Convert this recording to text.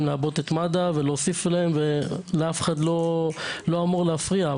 לעבות את מד"א ולהוסיף להם ולאף אחד לא אמור להפריע.